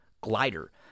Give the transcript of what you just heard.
Glider